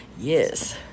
Yes